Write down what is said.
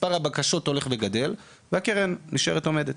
מספר הבקשות הולך וגדל והקרן נשארת עומדת.